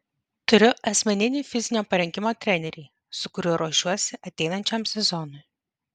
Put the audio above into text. turiu asmeninį fizinio parengimo trenerį su kuriuo ruošiuosi ateinančiam sezonui